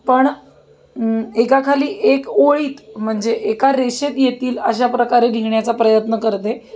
पण एकाखाली एक ओळीत म्हणजे एका रेषेत येतील अशा प्रकारे लिहिण्याचा प्रयत्न करते